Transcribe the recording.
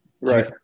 right